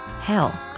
Hell